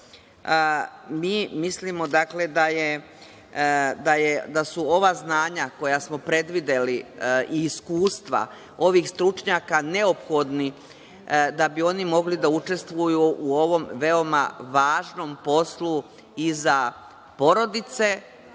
Mi mislimo, dakle, da su ova znanja koja smo predvideli i iskustva ovih stručnjaka neophodni da bi oni mogli da učestvuju u ovom veoma važnom poslu i za porodice